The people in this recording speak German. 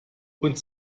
und